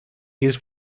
used